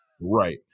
Right